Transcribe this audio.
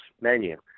menu